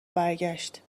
برگشت